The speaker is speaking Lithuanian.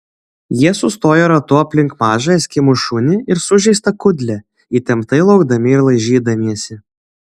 jie sustojo ratu aplink mažą eskimų šunį ir sužeistą kudlę įtemptai laukdami ir laižydamiesi